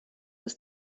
des